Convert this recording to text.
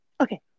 okay